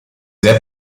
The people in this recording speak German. sehr